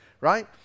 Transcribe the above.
right